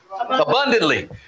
abundantly